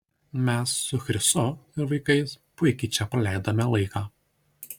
mes su chrisu ir vaikais puikiai čia praleidome laiką